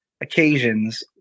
occasions